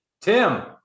Tim